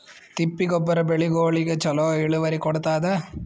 ತಿಪ್ಪಿ ಗೊಬ್ಬರ ಬೆಳಿಗೋಳಿಗಿ ಚಲೋ ಇಳುವರಿ ಕೊಡತಾದ?